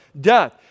death